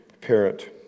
parent